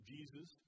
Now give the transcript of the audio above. Jesus